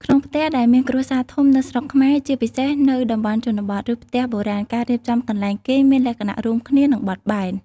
ក្នុងផ្ទះដែលមានគ្រួសារធំនៅស្រុកខ្មែរ ជាពិសេសនៅតំបន់ជនបទ ឬផ្ទះបុរាណ ការរៀបចំកន្លែងគេងមានលក្ខណៈរួមគ្នា និងបត់បែន។